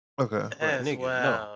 Okay